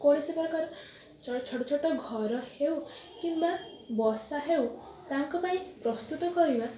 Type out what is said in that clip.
କୌଣସି ପ୍ରକାର ଛୋଟ ଛୋଟ ଘର ହେଉ କିମ୍ବା ବସା ହେଉ ତାଙ୍କ ପାଇଁ ପ୍ରସ୍ତୁତ କରିବା